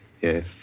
yes